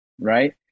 right